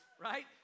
right